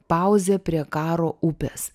pauzė prie karo upės